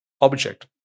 object